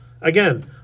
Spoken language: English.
Again